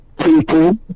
people